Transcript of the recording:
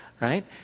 right